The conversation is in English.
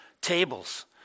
tables